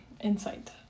insight